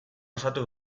osatu